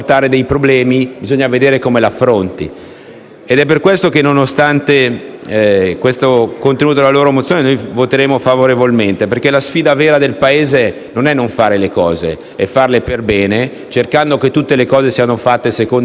È per questo che, nonostante il contenuto della loro mozione, noi voteremo favorevolmente: perché la sfida vera del Paese non è non fare le cose, ma farle perbene, cercando di fare in modo che tutto sia fatto secondo criteri corretti, nella piena trasparenza e nella piena volontà